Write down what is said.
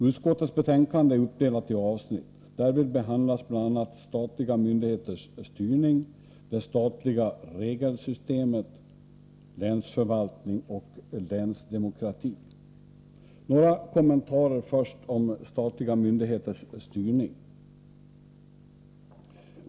Utskottets betänkande är uppdelat i avsnitt. Därvid behandlas bl.a. statliga myndigheters styrning, det statliga regelsystemet, länsförvaltning och länsdemokrati. Först några kommentarer till frågan om statliga myndigheters styrning.